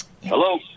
Hello